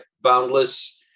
Boundless